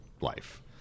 life